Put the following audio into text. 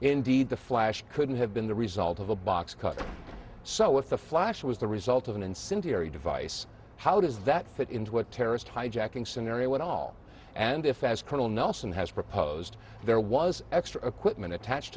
indeed the flash couldn't have been the result of a box cutter so if the flash was the result of an incendiary device how does that fit into a terrorist hijacking scenario at all and if as colonel nelson has proposed there was extra equipment attached